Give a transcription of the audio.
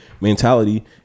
mentality